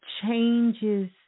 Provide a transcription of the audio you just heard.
changes